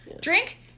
drink